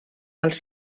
als